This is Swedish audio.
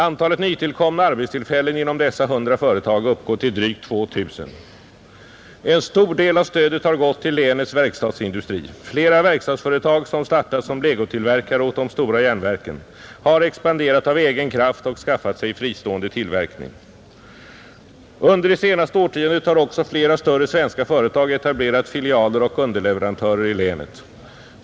Antalet nytillkomna arbetstillfällen inom dessa 100 företag uppgår till drygt 2 000. En stor del av stödet har gått till länets verkstadsindustri. Flera verkstadsföretag, som startat som legotillverkare åt de stora järnverken, har expanderat av egen kraft och skaffat sig fristående tillverkning. Under det senaste årtiondet har också flera större svenska företag etablerat filialer och underleverantörer i länet.